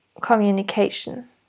communication